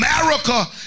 America